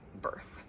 birth